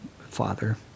father